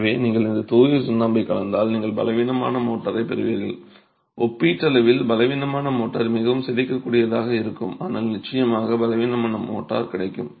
எனவே நீங்கள் இந்த தூய சுண்ணாம்பை கலந்தால் நீங்கள் பலவீனமான மோட்டாரைப் பெறுவீர்கள் ஒப்பீட்டளவில் பலவீனமான மோர்டார் மிகவும் சிதைக்கக்கூடியதாக இருக்கும் ஆனால் நிச்சயமாக பலவீனமான மோர்டார் கிடைக்கும்